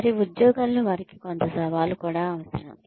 వారి ఉద్యోగాల్లో వారికి కొంత సవాలు కూడా అవసరం